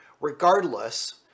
Regardless